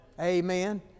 Amen